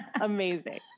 Amazing